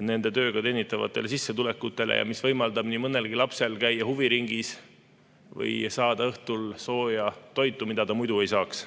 nende tööga teenitud sissetulekutele ja võimaldab nii mõnelgi lapsel käia huviringis või saada õhtul sooja toitu, mida ta muidu ei saaks.